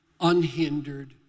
unhindered